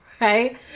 right